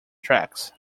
tracks